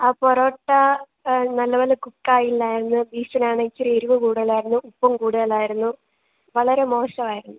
ആ പൊറോട്ട നല്ലപോലെ കുക്കായില്ലായിരുന്നു ബീഫിനാണെങ്കിൽ ഇച്ചിരി എരിവ് കൂടുതലായിരുന്നു ഉപ്പും കൂടുതലായിരുന്നു വളരെ മോശമായിരുന്നു